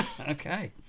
okay